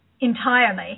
entirely